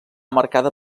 marcada